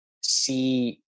see